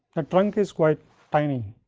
the trunk is quite tiny.